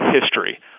history